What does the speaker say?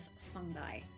fungi